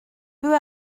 peu